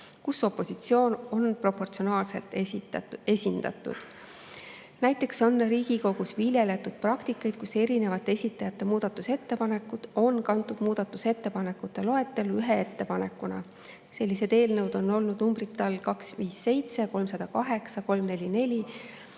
kus opositsioon on proportsionaalselt esindatud. Näiteks on Riigikogus viljeletud praktikat, mille kohaselt eri esitajate muudatusettepanekud on kantud muudatusettepanekute loetellu ühe ettepanekuna. Sellised eelnõud on olnud numbriga 257, 308, 344